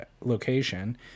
location